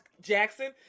Jackson